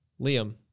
Liam